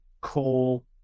call